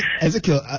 Ezekiel